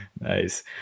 Nice